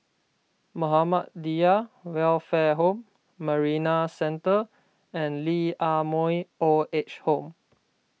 Muhammadiyah Welfare Home Marina Centre and Lee Ah Mooi Old Age Home